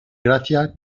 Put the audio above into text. gracia